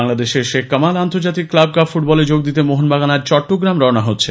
বাংলাদেশে শেখ কামাল আন্তর্জাতিক club cup football এ যোগ দিতে মোহনবাগান আজ চট্টোগ্রাম রওনা হচ্ছে